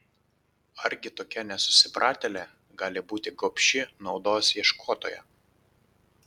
argi tokia nesusipratėlė gali būti gobši naudos ieškotoja